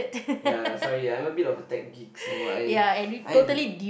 ya sorry I'm a bit of a tech geek so I I'm